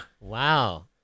Wow